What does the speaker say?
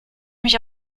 mich